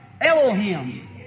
Elohim